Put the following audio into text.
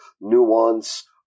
nuance